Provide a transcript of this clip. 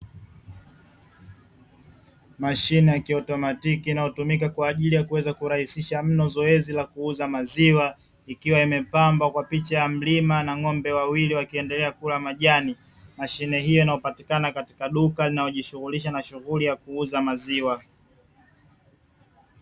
Mashine ya kiautomatiki inayotumika kwa ajili ya kuweza kurahisisha mno zoezi la kuuza maziwa, ikiwa imepambwa kwa picha ya mlima na ng'ombe wawili wakiendelea kula majani. Mashine hiyo inapatikana katika duka linalojishughulisha na shughuli ya kuuza maziwa.